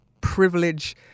privilege